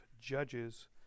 Judges